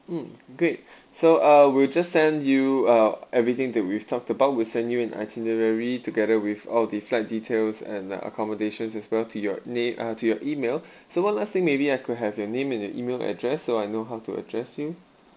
mm great so uh we'll just send you uh everything that we've talked about we'll send you an itinerary together with all the flight details and uh accommodations as well to your na~ uh to your email so one last thing maybe I could have your name and your email address so I know how to address you